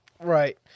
Right